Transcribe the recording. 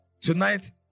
Tonight